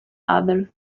other